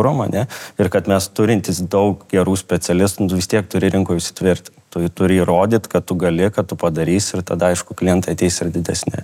romane ir kad mes turintys daug gerų specialistų nu tai vis tiek turi rinkoj įsitvirtint tu turi įrodyt kad tu gali kad tu padarysi ir tada aišku klientai ateis ir didesni